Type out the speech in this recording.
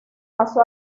paso